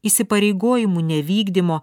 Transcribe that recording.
įsipareigojimų nevykdymo